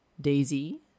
Daisy